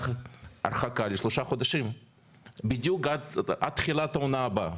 הרחקה לשלושה חודשים עד תחילת העונה הבאה.